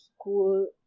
school